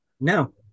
No